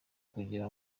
kugira